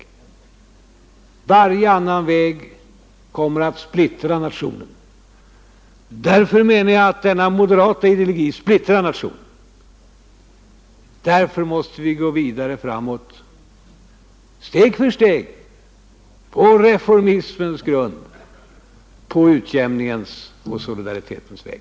Varje annan väg kommer att splittra nationen. Därför menar jag att denna moderata ideologi splittrar nationen. Därför måste vi gå vidare framåt, steg för steg, på reformismens grund, på utjämningens och solidaritetens väg.